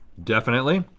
definitely.